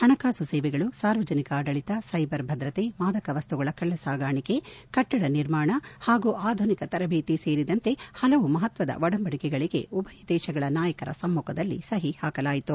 ಹಣಕಾಸು ಸೇವೆಗಳು ಸಾರ್ವಜನಿಕ ಆಡಳಿತ ಸ್ಲೆಬರ್ ಭದ್ರತೆ ಮಾದಕ ವಸ್ತುಗಳ ಕಳ್ಳ ಸಾಗಣಿಕೆ ಕಟ್ಟಡ ನಿರ್ಮಾಣ ಹಾಗೂ ಆಧುನಿಕ ತರಬೇತಿ ಸೇರಿದಂತೆ ಹಲವು ಮಹತ್ವದ ಒಡಂಬಡಿಕೆಗೆಳಗೆ ಉಭಯ ದೇಶಗಳ ನಾಯಕರ ಸಮ್ಮುಖದಲ್ಲಿ ಸಹಿ ಹಾಕಲಾಯಿತು